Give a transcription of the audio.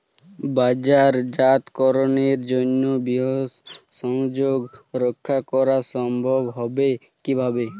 বাজারজাতকরণের জন্য বৃহৎ সংযোগ রক্ষা করা সম্ভব হবে কিভাবে?